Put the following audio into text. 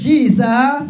Jesus